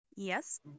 Yes